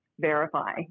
verify